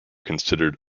considered